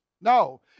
No